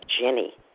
Jenny